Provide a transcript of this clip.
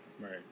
Right